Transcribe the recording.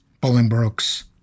Bolingbroke's